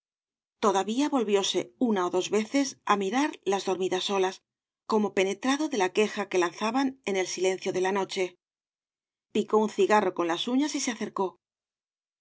todavía volvióse una ó dos veces á mirar las dormidas olas como penetrado de la queja que lanzaban en el silencio de la noche picó un cigarro con las uñas y se acercó